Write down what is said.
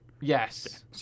Yes